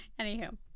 anywho